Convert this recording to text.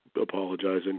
apologizing